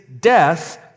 death